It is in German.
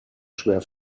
schwer